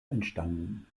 entstanden